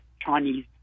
Chinese